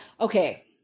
Okay